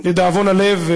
לדאבון הלב,